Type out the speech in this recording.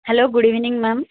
hello good evening ma'am